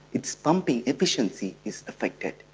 its pumping efficiency is affected.